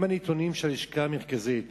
אם הנתונים של הלשכה המרכזית